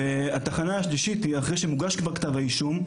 והתחנה השלישית היא שכבר אחרי שמוגש כתב אישום,